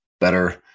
better